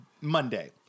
Monday